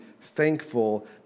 thankful